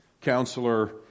counselor